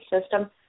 system